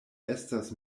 estas